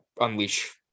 unleash